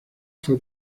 fue